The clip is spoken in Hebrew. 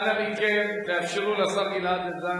רבותי, אנא מכם, תאפשרו לשר גלעד ארדן,